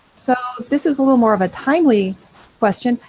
so this is a little more of a timely question,